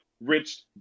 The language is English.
rich